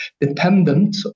dependent